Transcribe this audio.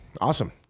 Awesome